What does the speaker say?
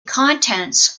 contents